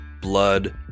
blood